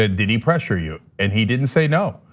ah did he pressure you? and he didn't say no.